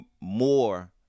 more